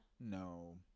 No